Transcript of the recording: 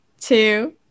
two